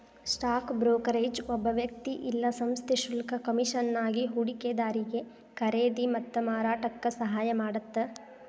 stock brokerage ಒಬ್ಬ ವ್ಯಕ್ತಿ ಇಲ್ಲಾ ಸಂಸ್ಥೆ ಶುಲ್ಕ ಕಮಿಷನ್ಗಾಗಿ ಹೂಡಿಕೆದಾರಿಗಿ ಖರೇದಿ ಮತ್ತ ಮಾರಾಟಕ್ಕ ಸಹಾಯ ಮಾಡತ್ತ